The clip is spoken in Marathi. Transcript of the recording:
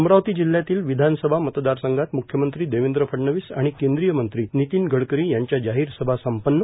अमरावती जिल्ह्यातील विधानसभा मतदारसंघात मुख्यमंत्री देवेंद्र फडणवीस आणि केंद्रीय मंत्री नितीन गडकरी यांच्या जाहीरसभा संपन्न